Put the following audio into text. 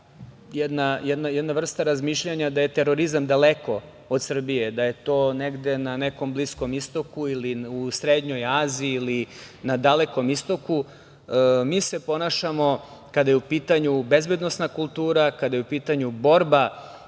jedna vrsta razmišljanja da je terorizam daleko od Srbije, da je to negde na nekom Bliskom istoku ili u srednjoj Aziji, ili na Dalekom istoku, mi se ponašamo, kada je u pitanju bezbednosna kultura, kada je u pitanju borba